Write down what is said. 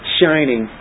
shining